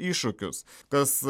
iššūkius kas